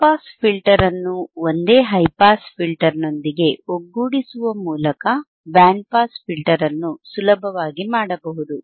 low pass filter ಅನ್ನು ಒಂದೇ high pass ಫಿಲ್ಟರ್ನೊಂದಿಗೆ ಒಗ್ಗೂಡಿಸುವ ಮೂಲಕ ಬ್ಯಾಂಡ್ ಪಾಸ್ ಫಿಲ್ಟರ್ ಅನ್ನು ಸುಲಭವಾಗಿ ಮಾಡಬಹುದು